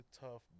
tough